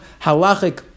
halachic